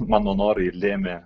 mano norai ir lėmė